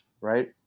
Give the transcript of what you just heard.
right